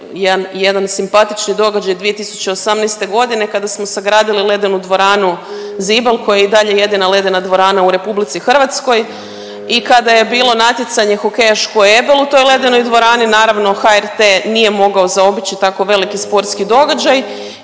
jedan simpatični događaj 2018.g. kada smo sagradili Ledenu dvoranu Zibel koja je i dalje jedina ledena dvorana u RH i kada je bilo natjecanje hokejaško EBEL u toj ledenoj dvorani naravno HRT nije mogao zaobići tako veliki sportski događaj